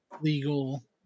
legal